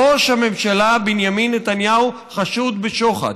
ראש הממשלה בנימין נתניהו חשוד בשוחד.